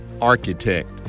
architect